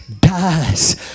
dies